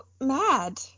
mad